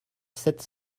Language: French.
sept